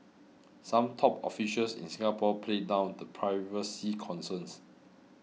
some top officials in Singapore played down the privacy concerns